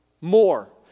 more